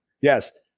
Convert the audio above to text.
Yes